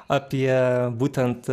apie būtent